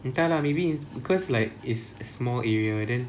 entah lah maybe it's because like it's small area then